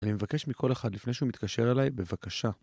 אני מבקש מכל אחד לפני שהוא מתקשר אליי, בבקשה.